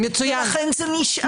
לכן זה נשאר.